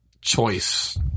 choice